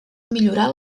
millorar